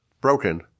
broken